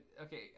Okay